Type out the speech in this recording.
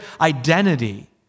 identity